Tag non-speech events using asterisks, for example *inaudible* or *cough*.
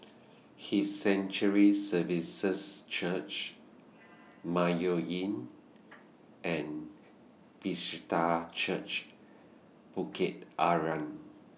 His Sanctuary Services Church Mayo Inn *noise* and Bethesda Church *noise* Bukit Arang